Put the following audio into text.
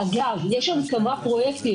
אגב, יש שם כמה פרויקטים.